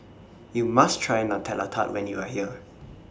YOU must Try Nutella Tart when YOU Are here